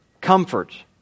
comfort